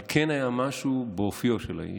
אבל כן היה משהו באופיו של האיש,